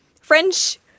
French